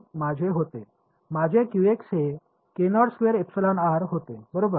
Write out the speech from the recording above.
तर हे माझे होते माझे हे होते बरोबर